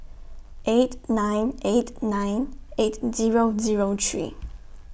eight nine eight nine eight Zero Zero three